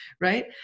right